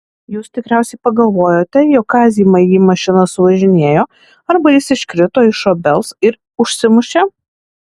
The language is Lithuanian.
jūs tikriausiai pagalvojote jog kazį maigį mašina suvažinėjo arba jis iškrito iš obels ir užsimušė